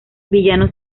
villano